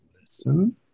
Listen